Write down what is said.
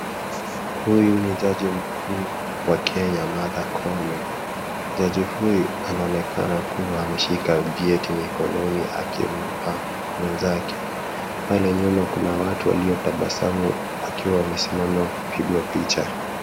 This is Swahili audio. Huyu ni jaji mkuu wa Kenya Martha Koome, jaji huyu anaonekana kuwa ameshika vyeti mikononi akimpa mwenzake. Pale nyuma kuna watu walio tabasamu wakiwa wamesimama kupigwa picha.